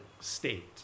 state